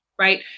Right